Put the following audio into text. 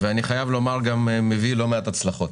אני חייב לומר שהוא מביא גם לא מעט הצלחות.